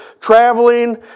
traveling